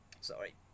Sorry